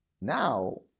now